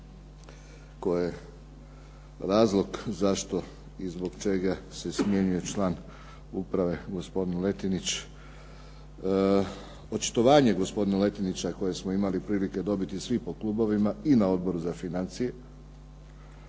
koje je razlog zašto i zbog čega se smjenjuje član uprave gospodin Letinić, očitovanje gospodina Letinića koje smo imali prilike dobiti svi po klubovima i na Odboru za financije